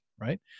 right